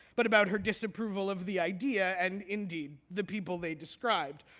but about her disapproval of the idea and, indeed, the people they described,